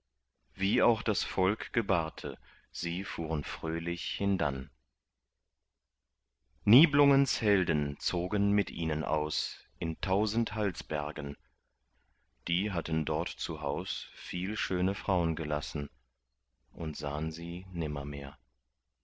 wie auch das volk gebarte sie fuhren fröhlich hindann niblungens helden zogen mit ihnen aus in tausend halsbergen die hatten dort zu haus viel schöne fraun gelassen und sahn sie